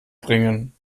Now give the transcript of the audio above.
bringen